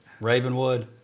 Ravenwood